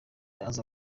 aza